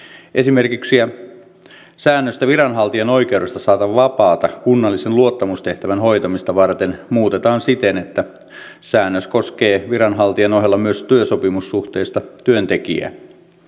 esimerkiksi säännöstä viranhaltijan oikeudesta saada vapaata kunnallisen luottamustehtävän hoitamista varten muutetaan siten että säännös koskee viranhaltijan ohella myös työsopimussuhteista työntekijää